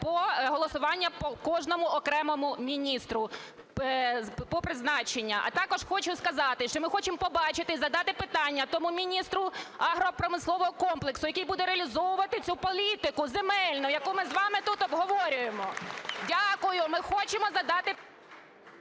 було голосування по кожному окремо міністру про призначення. А також хочу сказати, що ми хочемо побачити і задати питання тому міністру агропромислового комплексу, який буде реалізовувати цю політику земельну, яку ми з вами тут обговорюємо. Дякую. Ми хочемо задати…